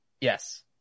Yes